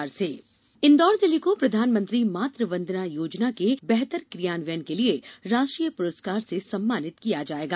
मात वंदना योजना इंदौर जिले को प्रधानमंत्री मातृ वंदना योजना के बेहतर क्रियान्वयन के लिए राष्ट्रीय पुरस्कार से सम्मानित किया जाएगा